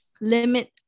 limit